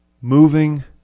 moving